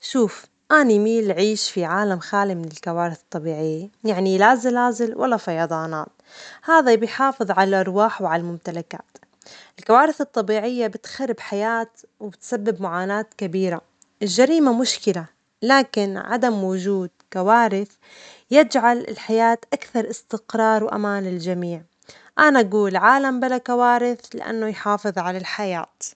شوف، أنا أميل عيش في عالم خالي من الكوارث الطبيعية، يعني لا زلازل ولا فيضانات، هذا بيحافظ على الأرواح والممتلكات، الكوارث الطبيعية بتخرب الحياة وبتسبب معاناة كبيرة، الجريمة مشكلة، لكن عدم وجود كوارث يجعل الحياة أكثر استقرار وأمان للجميع، أنا أجول عالم بلا كوارث لأنه يحافظ على الحياة.